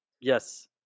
Yes